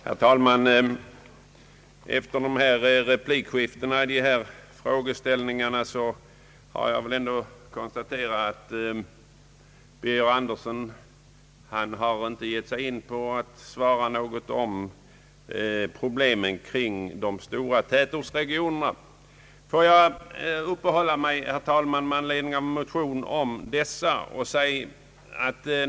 Herr talman! Efter replikskiftena i dessa frågeställningar kan jag konstatera att herr Birger Andersson inte har givit något svar på problemen i de stora tätortsregionerna. Låt mig, herr talman, med anledning av en motion uppehålla mig vid dessa problem en stund.